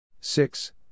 six